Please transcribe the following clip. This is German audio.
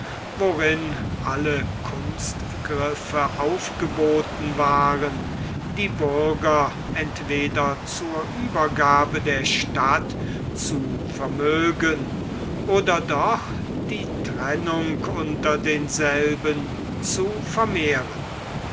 worin alle kunstgriffe aufgeboten waren die bürger entweder zur uebergabe der stadt zu vermögen oder doch die trennung unter denselben zu vermehren